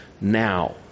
now